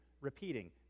repeating